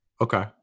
Okay